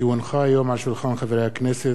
כי הונחו היום על שולחן הכנסת,